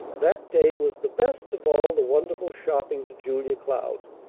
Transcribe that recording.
that day was the best of all the wonderful shopping to julia cloud.